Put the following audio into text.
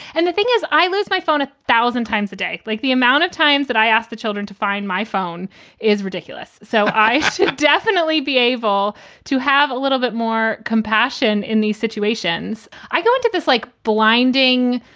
and the thing is, i lose my phone a thousand times a day. like, the amount of times that i asked the children to find my phone is ridiculous. so i should definitely be able to have a little bit more compassion in these situations. i go into this like blinding.